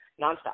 nonstop